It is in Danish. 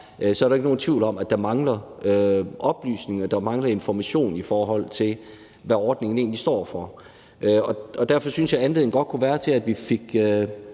er der ikke nogen tvivl om, at der mangler oplysninger og der mangler information, i forhold til hvad ordningen egentlig står for. Derfor synes jeg, anledningen godt kunne være til, at vi fik